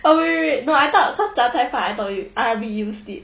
oh wait wait wait no I thought cause 杂菜饭 I thought you I already use it